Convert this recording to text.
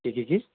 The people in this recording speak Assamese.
কি কি কি